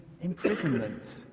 imprisonment